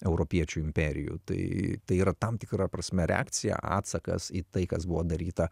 europiečių imperijų tai yra tam tikra prasme reakcija atsakas į tai kas buvo daryta